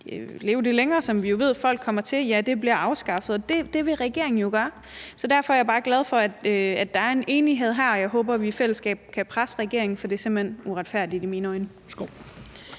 leve lidt længere, som vi jo ved folk kommer til. Den vil regeringen jo afskaffe, så derfor er jeg bare glad for, at der er en enighed her, og jeg håber, at vi i fællesskab kan presse regeringen, for det er simpelt hen uretfærdigt i mine øjne.